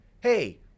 hey